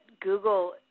Google